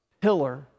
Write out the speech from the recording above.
pillar